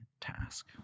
task